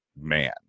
man